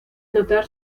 notar